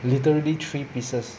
literally three pieces